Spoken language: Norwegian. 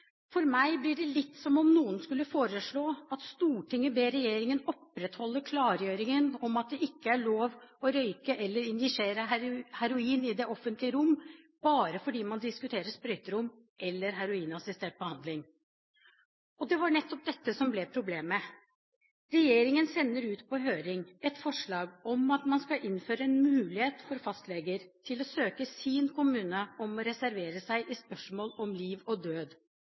For meg blir det litt som om noen skulle foreslå at Stortinget ber regjeringen opprettholde klargjøringen om at det ikke er lov til å røyke eller injisere heroin i det offentlige rom, bare fordi man diskuterer sprøyterom eller heroinassistert behandling. Og det var nettopp dette som ble problemet. Regjeringen sender ut på høring et forslag om at man skal innføre en mulighet for fastleger til å søke sin kommune om å reservere seg i spørsmål om liv og død